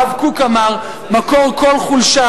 הרב קוק אמר: מקור כל חולשה,